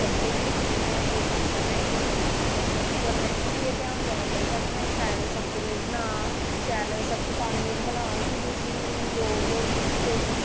करियै की में एह् कम्म करना जां नेईं करना ऐ ते गौरमेंट गी बी शैल चाहिदा कि में सख्त रूल बनां शैल सख्त कानून बनां की जिसी लोग कोई जिसी